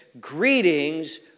greetings